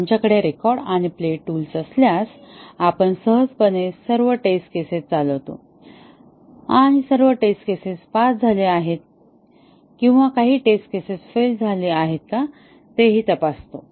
आमच्याकडे रेकॉर्ड आणि play tool असल्यास आपण सहजपणे सर्व टेस्ट केसेस चालवतो आणि सर्व टेस्ट केसेस पास झाली आहेत किंवा काही टेस्ट केसेस फेल झाली आहेत का ते तपासतो